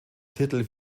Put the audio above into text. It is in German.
titel